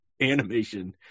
animation